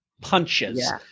Punches